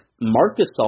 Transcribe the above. Marcus